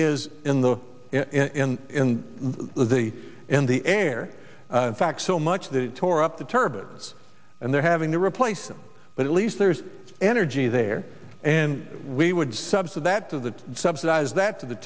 is in the in the in the air in fact so much that tore up the turbans and they're having to replace them but at least there's energy there and we would sub so that to subsidize that to the